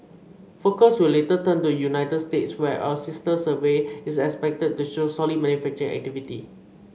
focus will later turn to United States where a sister survey is expected to show solid manufacturing activity